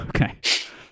Okay